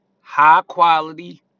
high-quality